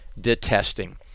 detesting